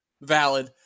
Valid